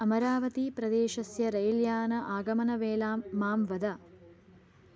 अमरावतीप्रदेशस्य rail यान आगमनवेलां मां वद